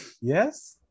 yes